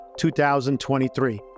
2023